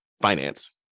finance